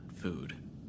food